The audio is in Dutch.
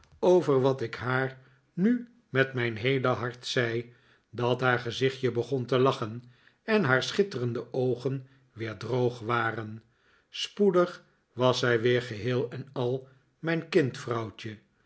over wat ik haar nu met mijn heele hart zei dat haar gezichtje begon te lachen en haar schitterende oogen weer droog waren spoedig was zij weer geheel en al mijn